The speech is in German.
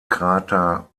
krater